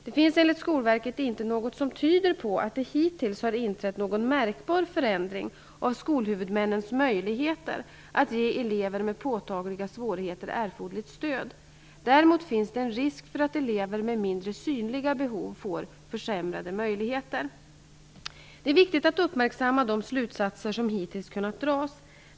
Det finns enligt Skolverket inte något som tyder på att det hittills har inträtt någon märkbar förändring av skolhuvudmännens möjligheter att ge elever med påtagliga svårigheter erforderligt stöd. Däremot finns det en risk för att elever med mindre synliga behov får försämrade möjligheter. Det är viktigt att uppmärksamma de slutsatser som hittills kunnat dras.